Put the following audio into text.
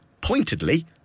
pointedly